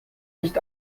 nicht